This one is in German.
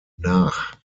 nach